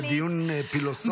זה דיון פילוסופי מעמיק.